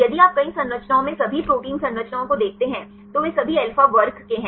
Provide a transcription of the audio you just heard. यदि आप कई संरचनाओं में सभी प्रोटीन संरचनाओं को देखते हैं तो वे सभी अल्फा वर्ग के हैं